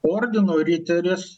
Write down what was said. ordino riteris